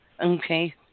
Okay